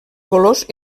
colors